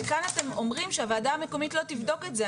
וכאן אתם אומרים שהוועדה המקומית לא תבדוק את זה.